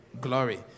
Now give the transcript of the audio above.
Glory